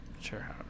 sure